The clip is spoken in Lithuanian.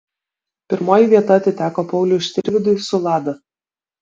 pirmoji vieta atiteko pauliui štirvydui su lada